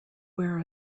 where